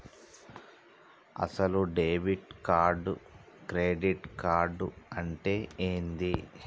అసలు debit card credit card అంటే ఏంది?